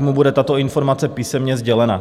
bude tato informace písemně sdělena.